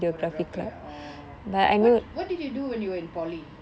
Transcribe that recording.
videography ah oh what what did you do when you were in polytechnic